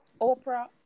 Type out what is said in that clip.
Oprah